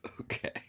Okay